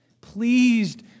pleased